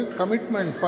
commitment